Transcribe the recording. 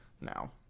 now